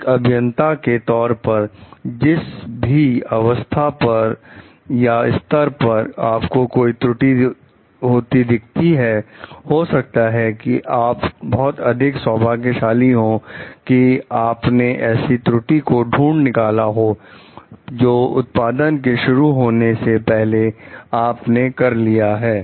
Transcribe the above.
एक अभियंता के तौर पर जिस भी अवस्था पर या स्तर पर आपको कोई त्रुटि होती दिखती है हो सकता है कि आप बहुत अधिक सौभाग्यशाली हो कि आपने ऐसी त्रुटि को ढूंढ निकाला है जो उत्पादन के शुरू होने से पहले आप ने कर लिया है